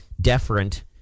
deferent